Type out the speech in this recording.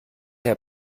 herr